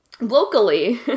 Locally